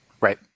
Right